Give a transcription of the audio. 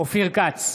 אופיר כץ,